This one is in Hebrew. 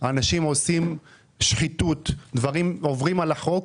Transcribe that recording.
אנשים עושים שחיתות, עוברים על החוק.